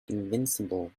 invincible